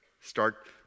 start